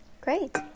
Great